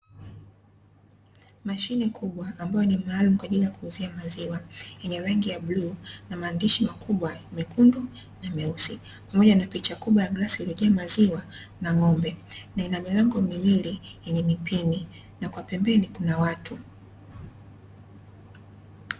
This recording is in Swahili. Mashine kubwa ambayo ni maalumu kwaajili ya kuuzia maziwa yenye rangi ya blue na maandishi makubwa mekundu na meusi, pamoja na picha kubwa ya glasi iliyojaa maziwa na ng'ombe na ina milango miwili yenye mipini na kwa pembeni kuna watu.